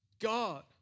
God